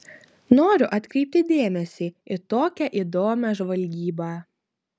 noriu atkreipti dėmesį į tokią įdomią žvalgybą